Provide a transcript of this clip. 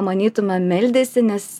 manytume meldėsi nes